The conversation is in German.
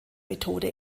methode